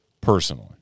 Personally